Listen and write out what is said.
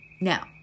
Now